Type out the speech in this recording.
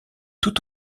tout